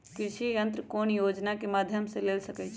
कृषि यंत्र कौन योजना के माध्यम से ले सकैछिए?